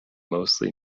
mostly